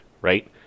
right